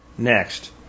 Next